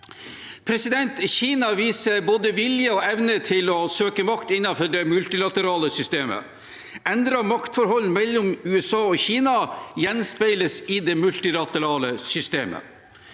Kina viser både vilje og evne til å søke makt innenfor det multilaterale systemet. Endrede maktforhold mellom USA og Kina gjenspeiles i det multilaterale systemet.